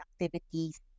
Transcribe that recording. activities